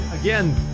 Again